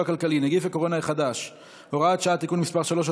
כלכלי (נגיף הקורונה החדש) (הוראת שעה) (תיקון מס' 3),